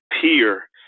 peer